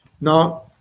Now